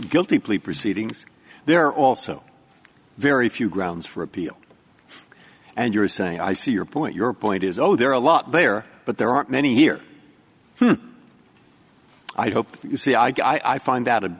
guilty plea proceedings there are also very few grounds for appeal and you are saying i see your point your point is though there are a lot there but there aren't many here who i hope you see i find out a